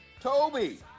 Toby